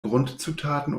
grundzutaten